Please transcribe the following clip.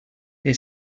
they